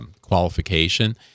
qualification